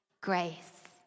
grace